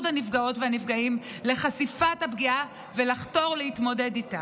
הנפגעות והנפגעים לחשיפת הפגיעה ולחתור להתמודד איתה.